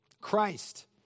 Christ